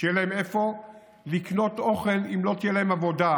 שיהיה להם איפה לקנות אוכל אם לא תהיה להם עבודה.